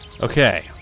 Okay